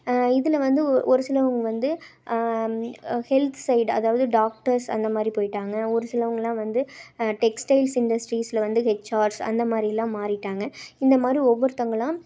இதில் வந்து ஒரு சிலருங்க வந்து ஹெல்த் சைடு அதாவது டாக்டர்ஸ் அந்த மாதிரி போய்ட்டாங்க ஒரு சிலருங்கலாம் வந்து டெக்ஸ்டைல்ஸ் இண்டஸ்ட்ரியில் வந்து ஹச்ஆர்ஸ் அந்தமாதிரிலாம் மாறிவிட்டாங்க இந்தமாதிரி ஒவ்வொருத்தங்களா